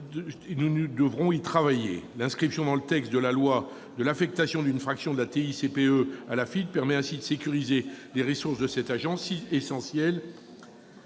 nous devrons travailler. L'inscription dans le texte de l'affectation d'une fraction de la TICPE à l'Afitf permet ainsi de sécuriser les ressources de cette agence si essentielle.